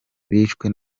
bishwe